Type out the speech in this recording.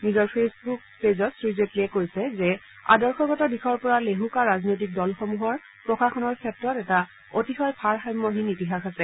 নিজৰ ফেচবুক পেজত শ্ৰী জেটলীয়ে কৈছে যে আদৰ্শগত দিশৰ পৰা লেহুকা ৰাজনৈতিক দলসমূহৰ প্ৰশাসনৰ ক্ষেত্ৰত এটা অতিশয় ভাৰসাম্যহীন ইতিহাস আছে